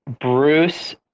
Bruce